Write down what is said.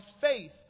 faith